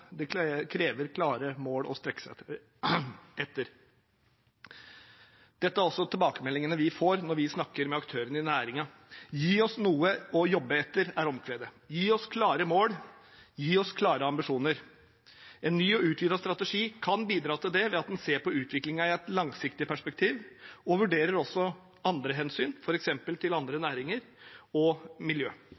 krever klare mål å strekke seg etter. Dette er også tilbakemeldingene vi får når vi snakker med aktørene i næringen. Gi oss noe å jobbe etter, er omkvedet, gi oss klare mål, gi oss klare ambisjoner. En ny og utvidet strategi kan bidra til det ved at en ser på utviklingen i et langsiktig perspektiv og vurderer også andre hensyn, f.eks. til andre næringer og